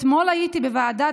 אתמול הייתי בוועדה